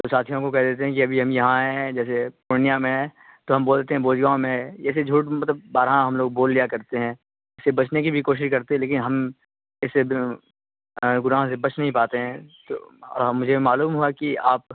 تو ساتھیوں کو کہہ دیتے ہیں کہ یہ ابھی ہم یہاں آئے ہیں جیسے پورنیہ میں ہیں تو ہم بولتے ہیں بھوج گاؤں میں ہیں ایسے جھوٹ مطلب بارہا ہم لوگ بول لیا کرتے ہیں اس سے بچنے کی بھی کوشش کرتے ہیں لیکن ہم اس سے گناہوں سے بچ نہیں پاتے ہیں تو اور مجھے معلوم ہوا ہے کہ آپ